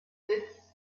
sitz